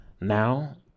Now